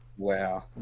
Wow